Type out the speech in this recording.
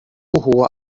hohe